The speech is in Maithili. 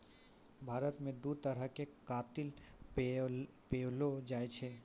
भारत मे दु तरहो के कातिल पैएलो जाय छै